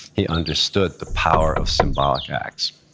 he understood the power of symbolic acts.